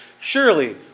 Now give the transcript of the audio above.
Surely